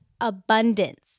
abundance